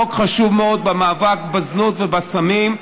חוק חשוב מאוד במאבק בזנות ובסמים.